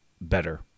better